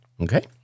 Okay